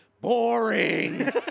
boring